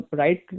right